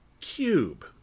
cube